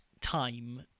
time